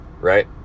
right